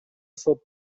сот